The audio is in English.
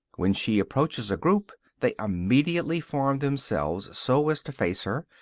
when she approaches a group they immediately form themselves so as to face her,